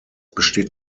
besteht